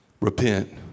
Repent